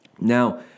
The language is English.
Now